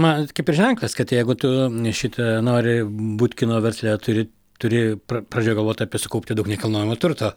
man kaip ir ženklas kad jeigu tu šitą nori būt kino versle turi turi pradžioj galvot apie sukaupti daug nekilnojamo turto